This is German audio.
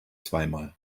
zweimal